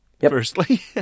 firstly